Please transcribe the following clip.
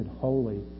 holy